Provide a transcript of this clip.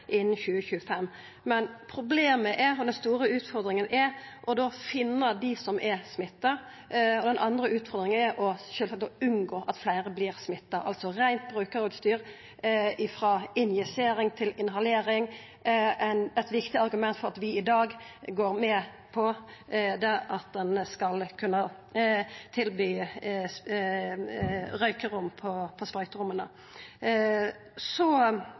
innan 2025. Men problemet, den store utfordringa, er å finna dei som er smitta. Den andre utfordringa er sjølvsagt å unngå at fleire vert smitta, altså: Reint brukarutstyr, frå injisering til inhalering, er eit viktig argument for at vi i dag går med på at ein skal kunna tilby å røykja i sprøyteromma. Så til forslaget som går på